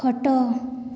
ଖଟ